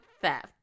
theft